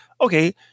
okay